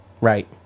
right